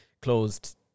closed